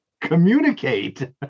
communicate